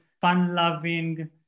fun-loving